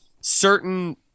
certain